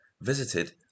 Visited